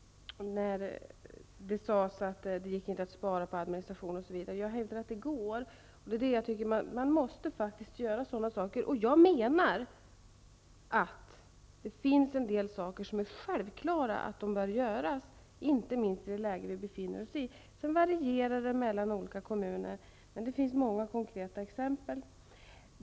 Gudrun Schyman sade att det inte går att spara in på administration osv., men jag hävdar att det går. Man måste faktiskt vidta sådana åtgärder. Jag menar att det finns en del åtgärder som man självfallet skall vidta, inte minst i det läge som vi befinner oss i. Sedan varierar det mellan olika kommuner, men det finns många konkreta exempel.